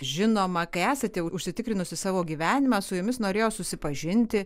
žinoma kai esate užsitikrinusi savo gyvenimą su jumis norėjo susipažinti